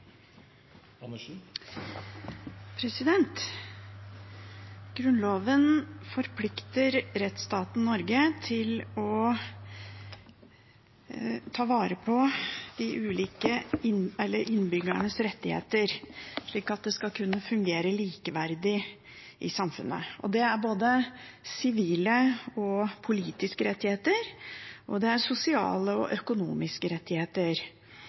å ta vare på innbyggernes rettigheter, slik at de skal kunne fungere likeverdig i samfunnet. Det er både sivile og politiske rettigheter, og det er sosiale og økonomiske rettigheter.